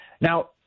now